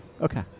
Okay